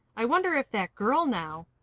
i wonder if that girl now.